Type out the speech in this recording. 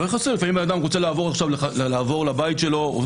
למשל שאדם רוצה לעבור לבית שלו אז הוא